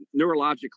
neurologically